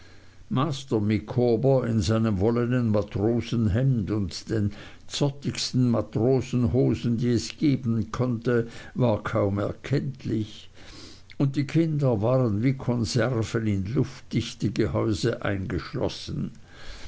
master micawber in seinem wollenen matrosenhemd und den zottigsten matrosenhosen die es geben konnte war kaum erkenntlich und die kinder waren wie konserven in luftdichte gehäuse eingeschlossen